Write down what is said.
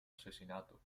asesinato